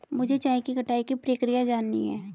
मुझे चाय की कटाई की प्रक्रिया जाननी है